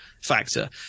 factor